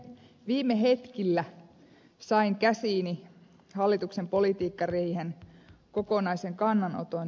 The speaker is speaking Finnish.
viime hetkillä sain käsiini hallituksen politiikkariihen kokonaisen kannanoton